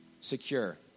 secure